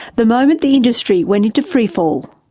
the moment the industry went into freefall.